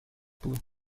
بود